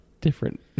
different